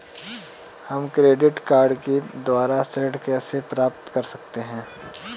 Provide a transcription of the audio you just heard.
हम credit card के द्वारा ऋण कैसे प्राप्त कर सकते हैं?